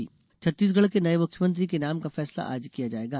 शपथ ग्रहण छत्तीसगढ़ के नये मुख्यमंत्री के नाम का फैसला आज किया जायेगा